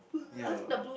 ya